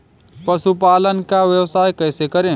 पशुपालन का व्यवसाय कैसे करें?